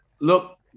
Look